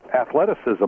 athleticism